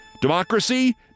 Democracy